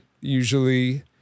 usually